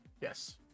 yes